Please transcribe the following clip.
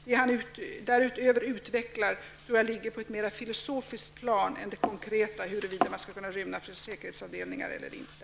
Vad han därutöver utvecklar tror jag ligger på ett mer filosofiskt plan än det konkreta, huruvida man skall kunna rymma från säkerhetsavdelningar eller inte.